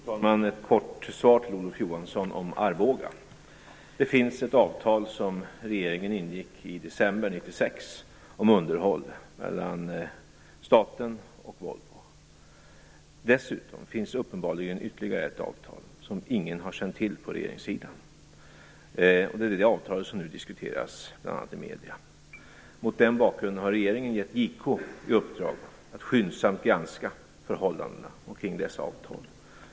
Fru talman! Ett kort svar till Olof Johansson om Det finns ett avtal mellan staten och Volvo om underhåll. Det ingick regeringen i december 1996. Dessutom finns det uppenbarligen ytterligare ett avtal, som ingen på regeringssidan har känt till. Det är det avtalet som nu diskuteras, bl.a. i medierna. Mot den bakgrunden har regeringen givit JK i uppdrag att skyndsamt granska förhållandena omkring dessa avtal.